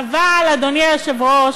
אבל, אדוני היושב-ראש,